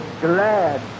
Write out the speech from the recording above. glad